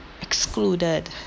excluded